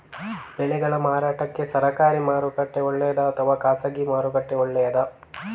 ಬೆಳೆಗಳ ಮಾರಾಟಕ್ಕೆ ಸರಕಾರಿ ಮಾರುಕಟ್ಟೆ ಒಳ್ಳೆಯದಾ ಅಥವಾ ಖಾಸಗಿ ಮಾರುಕಟ್ಟೆ ಒಳ್ಳೆಯದಾ